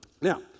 Now